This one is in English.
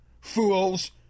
Fools